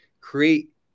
create